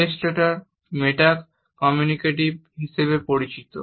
Illustrator meta communicative হিসাবে পরিচিত